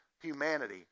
humanity